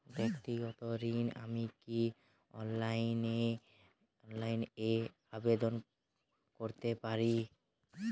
ব্যাক্তিগত ঋণ আমি কি অনলাইন এ আবেদন করতে পারি?